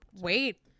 Wait